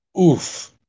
Oof